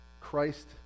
Christ